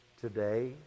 Today